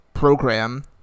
program